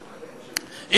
ו-17'.